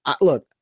look